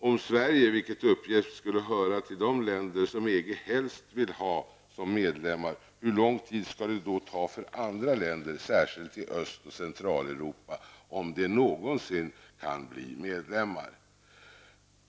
Om Sverige, vilket uppgetts tidigare, skulle höra till de länder som EG helst vill ha som medlemmar, hur lång tid skall det då ta för andra länder, särskilt i Öst och Centraleuropa, om de någonsin kan bli medlemmar?